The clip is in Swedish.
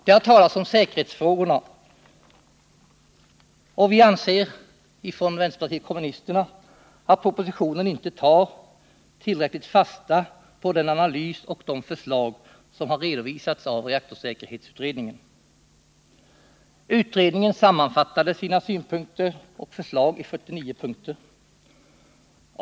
Det har talats om säkerhetsfrågorna, och vi i vpk anser att man i propositionen inte tillräckligt tar fasta på den analys och de förslag som har redovisats av reaktorsäkerhetsutredningen. Utredningen sammanfattade sina synpunkter och förslag i 49 punkter.